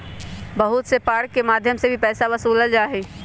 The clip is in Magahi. बहुत से पार्कवन के मध्यम से भी पैसा वसूल्ल जाहई